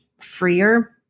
freer